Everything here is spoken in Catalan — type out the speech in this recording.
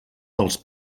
dels